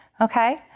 Okay